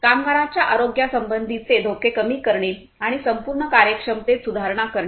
कामगारांच्या आरोग्यासंबंधीचे धोके कमी करणे आणि संपूर्ण कार्यक्षमतेत सुधारणा करणे